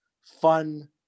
fun